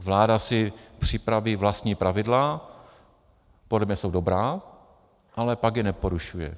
Vláda si připraví vlastní pravidla, podle mě jsou dobrá, ale pak je porušuje.